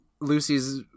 Lucy's